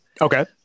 Okay